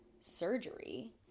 surgery